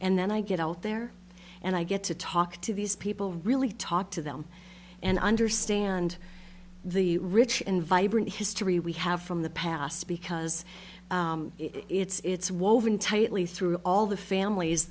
and then i get out there and i get to talk to these people really talk to them and understand the rich and vibrant history we have from the past because it's woven tightly through all the families